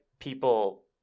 people